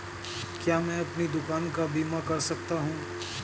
क्या मैं अपनी दुकान का बीमा कर सकता हूँ?